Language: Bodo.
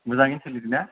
मोजाङै सोलिदोंना